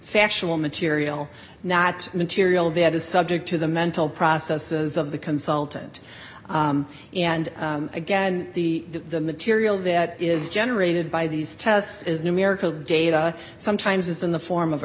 factual material not material that is subject to the mental processes of the consultant and again the material that is generated by these tests is numerical data sometimes it's in the form of a